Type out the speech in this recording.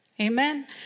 Amen